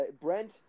Brent